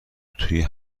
توی